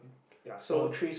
ya so it's